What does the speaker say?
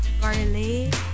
Garlic